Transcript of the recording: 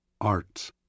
art